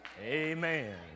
Amen